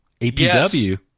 APW